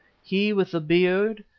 he with the beard,